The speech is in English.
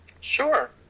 sure